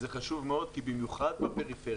זה חשוב מאוד כי במיוחד בפריפריה,